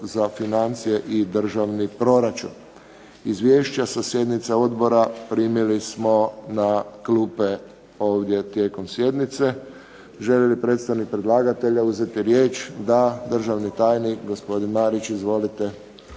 za financije i državni proračun. Izvješća sa sjednica odbora primili smo na klupe ovdje tijekom sjednice. Želi li predstavnik predlagatelja uzeti riječ? Da. Državni tajnik gospodin Marić. Izvolite.